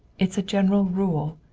it's a general rule.